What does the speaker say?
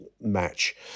match